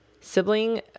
Sibling